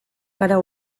gara